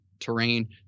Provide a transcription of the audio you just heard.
terrain